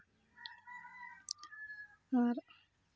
ᱟᱨ